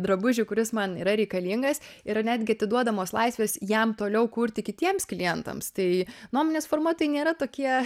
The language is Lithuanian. drabužį kuris man yra reikalingas yra netgi atiduodamos laisvės jam toliau kurti kitiems klientams tai nuomonės formuotojai nėra tokie